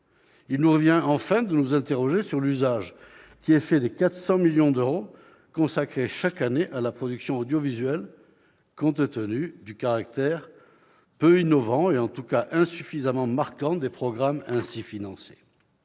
Il nous revient, enfin, de nous interroger sur l'usage qui est fait des 400 millions d'euros consacrés chaque année à la production audiovisuelle, compte tenu du caractère peu innovant et insuffisamment marquant des programmes ainsi financés.